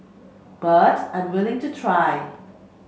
but I'm willing to try